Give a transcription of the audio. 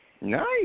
Nice